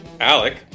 Alec